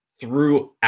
throughout